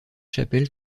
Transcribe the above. chapelle